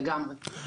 לגמרי.